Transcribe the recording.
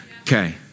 Okay